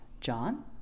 John